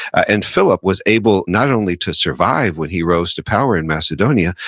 and philip was able, not only to survive when he rose to power in macedonia,